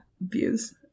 views